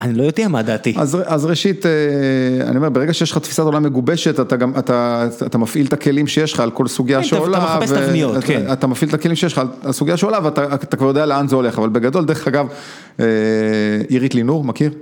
אני לא יודע מה דעתי. אז ראשית, אני אומר, ברגע שיש לך תפיסת עולה מגובשת, אתה גם, אתה מפעיל את הכלים שיש לך על כל סוגיה שעולה. אתה מחפש תבניות, כן. אתה מפעיל את הכלים שיש לך על סוגיה שעולה ואתה כבר יודע לאן זה הולך. אבל בגדול, דרך אגב, עירית לינור, מכיר?